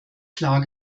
klar